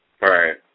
Right